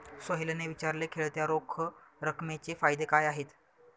सोहेलने विचारले, खेळत्या रोख रकमेचे फायदे काय आहेत?